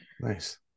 Nice